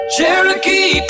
Cherokee